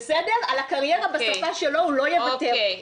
על הקריירה בשפה שלו הוא לא יוותר,